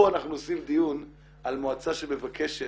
פה אנחנו עושים דיון על מועצה שמבקשת